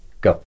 Go